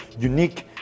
unique